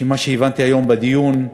ולפי מה שהבנתי בדיון,